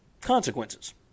consequences